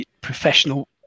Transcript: professional